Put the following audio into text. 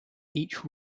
each